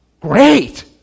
great